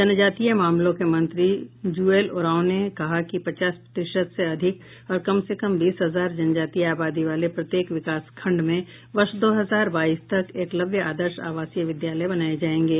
जनजातीय मामलों के मंत्री जुएल ओरांव ने कहा कि पचास प्रतिशत से अधिक और कम से कम बीस हजार जनजातीय आबादी वाले प्रत्येक विकास खंड में वर्ष दो हजार बाईस तक एकलव्य आदर्श आवासीय विद्यालय बनाए जाएंगे